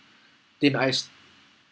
thin ice